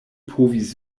povis